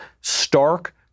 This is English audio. stark